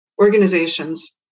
organizations